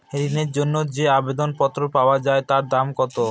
ঋণের জন্য যে আবেদন পত্র পাওয়া য়ায় তার দাম কত?